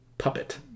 puppet